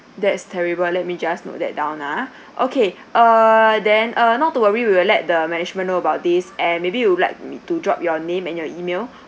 that's terrible let me just note that down ah okay uh then uh not to worry we will let the management know about this and maybe you would like to drop your name and your email